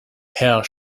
herr